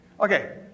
Okay